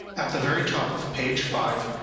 at the very top of page five,